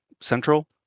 Central